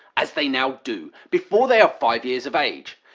as they now do, before they are five years of age.